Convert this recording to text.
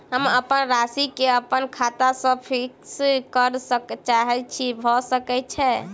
हम अप्पन राशि केँ अप्पन खाता सँ फिक्स करऽ चाहै छी भऽ सकै छै?